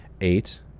Eight